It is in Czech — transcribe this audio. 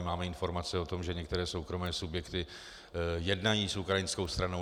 Máme informace o tom, že některé soukromé subjekty jednají s ukrajinskou stranou.